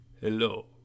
Hello